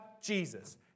Jesus